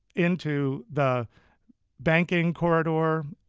into the banking corridor,